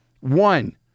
One